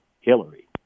Hillary